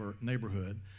neighborhood